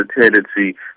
tendency